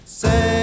say